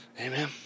Amen